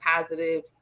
positive